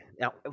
Now